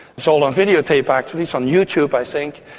it's all on videotape actually, it's on youtube i think,